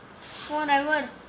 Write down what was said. forever